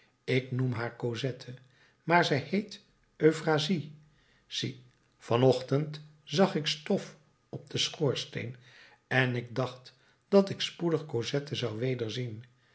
ik noem haar cosette maar zij heet euphrasie zie van ochtend zag ik stof op den schoorsteen en ik dacht dat ik spoedig cosette zou wederzien